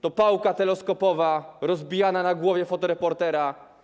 To pałka teleskopowa rozbijana na głowie fotoreportera.